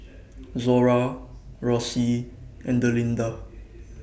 Zora Rossie and Delinda